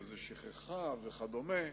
וזה שכחה וכדומה,